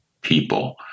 people